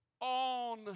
on